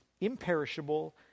imperishable